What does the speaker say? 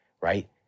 right